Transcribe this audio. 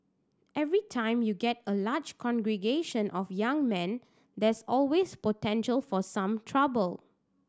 every time you get a large congregation of young men there's always potential for some trouble